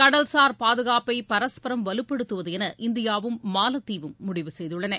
கடல்சார் பாதுகாப்பை பரஸ்பரம் வலுப்படுத்துவது என இந்தியாவும் மாலத்தீவும் முடிவு செய்துள்ளன